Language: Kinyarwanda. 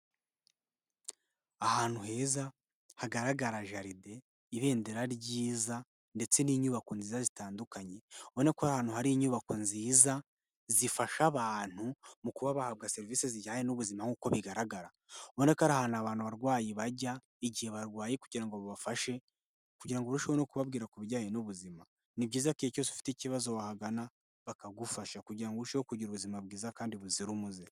Ahantu heza hagaragara gardin, ibendera ryiza ndetse n'inyubako nziza zitandukanye. UbonO ko ari ahantu hari inyubako nziza zifasha abantu mu kuba bahabwa serivisi zijyanye n'ubuzima nk'uko bigaragara ubona ko ari ahantu abantu abarwayi bajya igihe barwaye kugira ngo babafashe kugira ngo urusheho no kubabwira ku bijyanye n'ubuzima. Ni byiza ko igihe cyose ufite ikibazo wagana bakagufasha kugira ngo urusheho kugira ubuzima bwiza kandi buzira umuze.